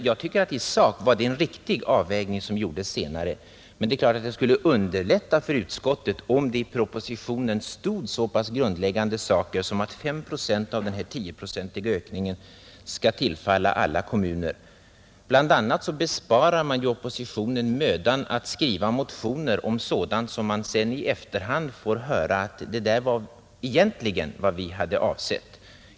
Jag tycker att det i sak var en riktig avvägning som gjordes senare, men det är klart att det skulle underlätta för utskottet om det i propositionen stod så pass grundläggande saker som att 5 procent av den här 10-procentiga ökningen skall tillfalla alla kommuner, Bl. a. besparas ju oppositionen mödan att skriva motioner för att sedan i efterhand få höra att ”det där var egentligen vad vi hade avsett”.